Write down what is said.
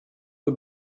who